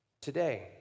today